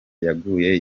yaguye